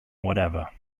whatever